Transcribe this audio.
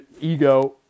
ego